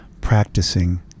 practicing